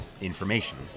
information